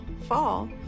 fall